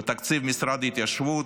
ותקציב משרד ההתיישבות,